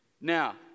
Now